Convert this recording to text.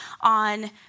on